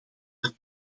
ter